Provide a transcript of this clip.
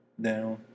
down